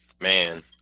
Man